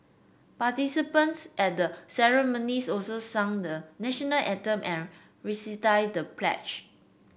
participants at the ceremonies also sang the National Anthem and recited the pledge